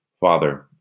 Father